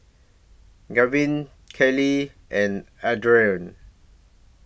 Gavyn Kaye and Ardeth